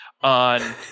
on